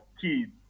kids